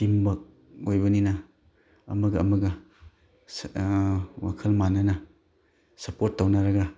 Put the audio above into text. ꯇꯤꯝꯋꯥꯔꯛ ꯑꯣꯏꯕꯅꯤꯅ ꯑꯃꯒ ꯑꯃꯒ ꯋꯥꯈꯟ ꯃꯥꯟꯅꯅ ꯁꯞꯄ꯭ꯣꯔꯠ ꯇꯧꯅꯔꯒ